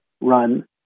run